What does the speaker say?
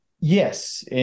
Yes